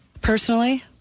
Personally